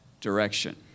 direction